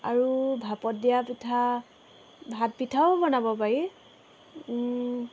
আৰু ভাপত দিয়া পিঠা ভাত পিঠাও বনাব পাৰি